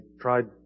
tried